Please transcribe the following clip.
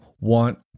want